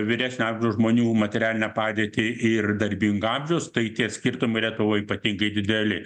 vyresnio amžiaus žmonių materialinę padėtį ir darbingo amžiaus tai tie skirtumai lietuvoj ypatingai dideli